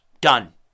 done